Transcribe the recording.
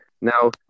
Now